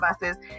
buses